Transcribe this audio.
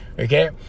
Okay